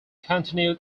continued